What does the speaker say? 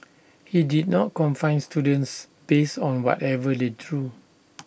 he did not confine students based on whatever they drew